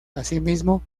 asimismo